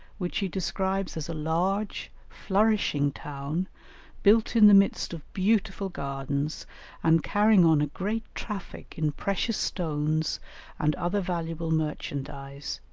which he describes as a large flourishing town built in the midst of beautiful gardens and carrying on a great traffic in precious stones and other valuable merchandise,